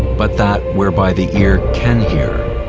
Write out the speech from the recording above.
but that whereby the ear can hear.